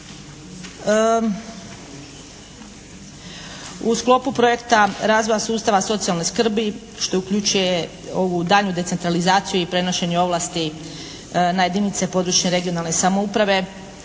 U sklopu projekta razvoja sustava socijalne skrbi što uključuje ovu daljnju decentralizaciju i prenošenje ovlasti na jedinice područne i regionalne samouprave.